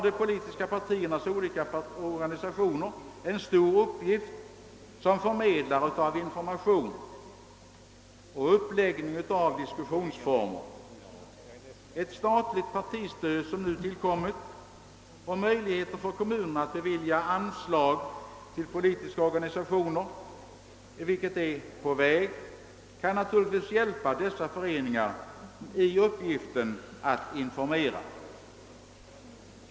De politiska partiernas olika organisationer har här en stor uppgift som förmedlare av information och rådgivare vid uppläggningen av diskussionsformer. Ett statligt partistöd, som nu tillkommit, och en möjlighet — som nu är på väg — för kommunerna att bevilja anslag till politiska organisationer kan för dessa föreningar underlätta uppgiften att informera.